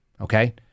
Okay